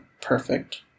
perfect